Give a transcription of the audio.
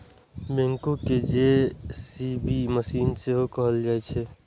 backhoe कें JCB machine सेहो कहल जाइ छै